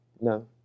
No